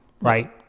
right